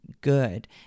good